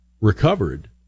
recovered